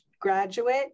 graduate